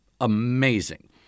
Amazing